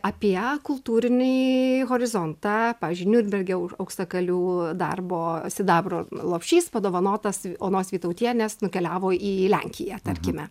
apie kultūrinį horizontą pavyzdžiui niurnberge už auksakalių darbo sidabro lopšys padovanotas onos vytautienės nukeliavo į lenkiją tarkime